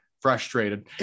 frustrated